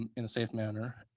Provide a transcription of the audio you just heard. and in a safe manner,